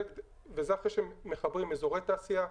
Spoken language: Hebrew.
וזה אחרי שמחברים אזורי תעשייה,